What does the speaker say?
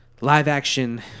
live-action